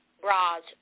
bras